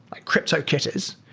like cryptokitties,